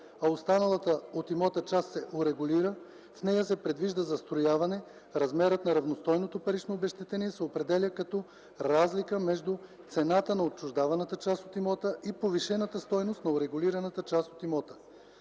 а останалата от имота част се урегулира и в нея се предвижда застрояване, размерът на равностойното парично обезщетение се определя като разлика между цената на отчуждаваната част от имота в повишената стойност на урегулираната част от имота.